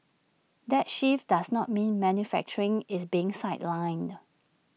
that shift does not mean manufacturing is being sidelined